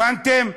הבנתם?